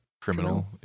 criminal